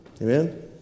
Amen